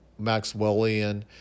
Maxwellian